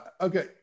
Okay